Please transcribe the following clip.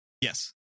Yes